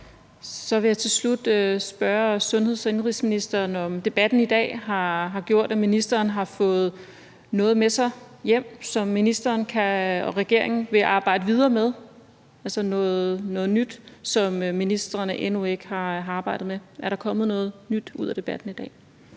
Så vil jeg til slut spørge indenrigs- og sundhedsministeren, om debatten i dag har gjort, at ministeren har fået noget nyt med sig hjem, som ministrene endnu ikke har arbejdet med, og som ministeren og regeringen vil arbejde videre med. Er der kommet noget nyt ud af debatten i dag?